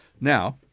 Now